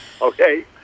okay